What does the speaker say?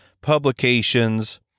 publications